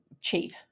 cheap